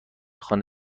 خانه